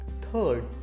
Third